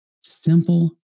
Simple